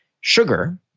sugar